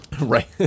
Right